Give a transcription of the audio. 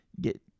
Get